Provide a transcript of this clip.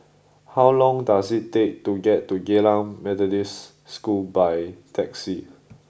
how long does it take to get to Geylang Methodist School by taxi